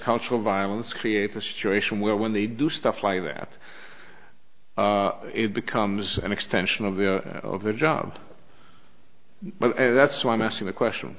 cultural violence creates a situation where when they do stuff like that it becomes an extension of the job and that's why i'm asking the question